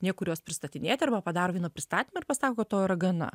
niekur jos pristatinėti arba padaro vieną pristatymą pasako to yra gana